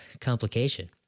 complication